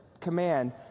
command